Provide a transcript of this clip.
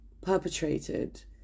perpetrated